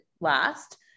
last